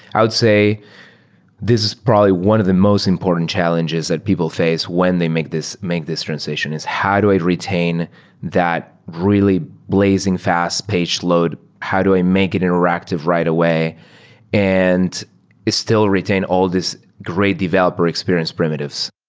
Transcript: i'd say this is probably one of the most important challenges that people face when they make this make this transition, is how do i retain that really blazing fast page load? how do i make it interactive right away and it still retain all these great developer experience primitives?